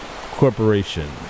Corporation